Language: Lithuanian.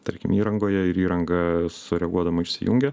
tarkim įrangoje ir įranga sureaguodama išsijungia